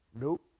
nope